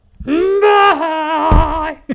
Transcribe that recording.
Bye